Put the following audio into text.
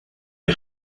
est